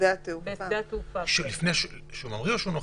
בשדה התעופה כשהוא חוזר לארץ.